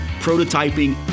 prototyping